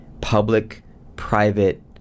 public-private